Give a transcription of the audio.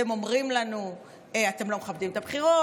אתם אומרים לנו: אתם לא מכבדים את הבחירות.